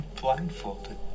blindfolded